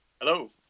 Hello